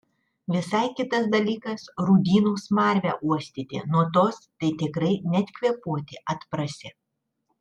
visai kitas dalykas rūdynų smarvę uostyti nuo tos tai tikrai net kvėpuoti atprasi